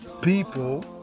people